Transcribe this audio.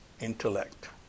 intellect